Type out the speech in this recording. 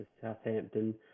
Southampton